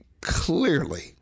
clearly